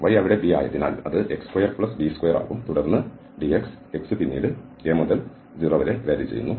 y അവിടെ b ആയതിനാൽ അത് x2b2 ആകും തുടർന്ന് dx x പിന്നീട് a മുതൽ 0 വരെ വ്യത്യാസപ്പെടുന്നു